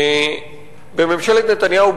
בממשלת נתניהו,